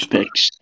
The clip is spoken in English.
Picks